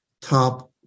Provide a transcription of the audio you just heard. top